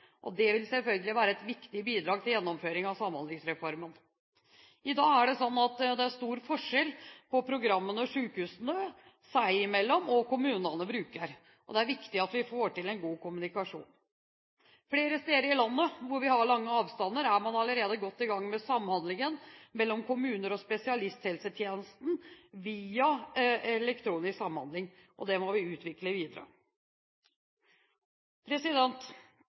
Det vil selvfølgelig være et viktig bidrag til gjennomføring av Samhandlingsreformen. I dag er det sånn at det er stor forskjell på programmene sykehusene seg imellom og kommunene bruker, og det er viktig at vi får til en god kommunikasjon. Flere steder i landet hvor vi har lange avstander, er man allerede godt i gang med den elektroniske samhandlingen mellom kommuner og spesialisthelsetjenesten, og det må vi utvikle